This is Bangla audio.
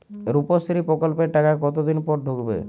রুপশ্রী প্রকল্পের টাকা কতদিন পর ঢুকবে?